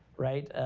right?